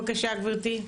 בבקשה, גברתי.